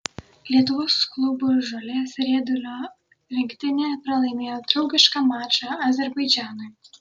lietuvos klubų žolės riedulio rinktinė pralaimėjo draugišką mačą azerbaidžanui